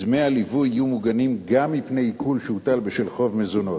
דמי הליווי יהיו מוגנים גם מפני עיקול שהוטל בשל חוב מזונות.